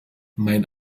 mein